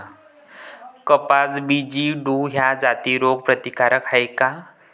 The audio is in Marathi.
कपास बी.जी टू ह्या जाती रोग प्रतिकारक हाये का?